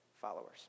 followers